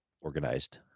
organized